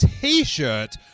T-shirt